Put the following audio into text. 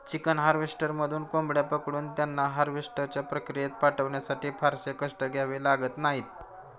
chicken हार्वेस्टरमधून कोंबड्या पकडून त्यांना हार्वेस्टच्या प्रक्रियेत पाठवण्यासाठी फारसे कष्ट घ्यावे लागत नाहीत